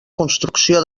construcció